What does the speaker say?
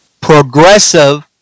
Progressive